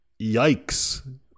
yikes